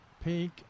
pink